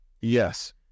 Yes